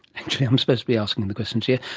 actually i'm supposed to be asking the questions here.